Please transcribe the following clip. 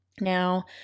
now